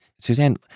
Suzanne